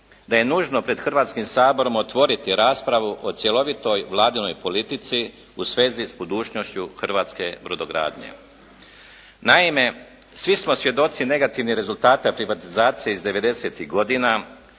da je nužno pred Hrvatskim saborom otvoriti raspravu o cjelovitoj Vladinoj politici u vezi s budućnošću hrvatske brodogradnje. Naime svi smo svjedoci negativnih rezultata privatizacije iz devedesetih